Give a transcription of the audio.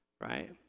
right